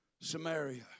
Samaria